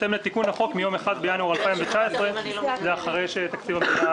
בהתאם לתיקון החוק מיום 1 בינואר 2019. זה אחרי שתקציב המדינה